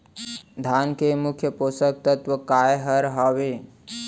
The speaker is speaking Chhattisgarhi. धान के मुख्य पोसक तत्व काय हर हावे?